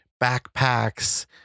backpacks